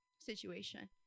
situation